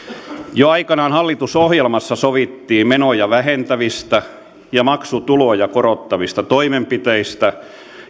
jo aikanaan hallitusohjelmassa sovittiin menoja vähentävistä ja maksutuloja korottavista toimenpiteistä